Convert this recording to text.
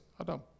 Adam